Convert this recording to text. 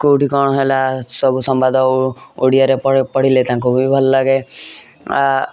କେଉଁଠି କ'ଣ ହେଲା ସବୁ ସମ୍ବାଦ ଓଡ଼ିଆରେ ପଢ଼ିଲେ ତାଙ୍କୁ ବି ଭଲ ଲାଗେ ଆ